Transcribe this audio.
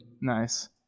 Nice